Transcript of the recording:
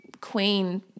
queen